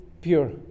pure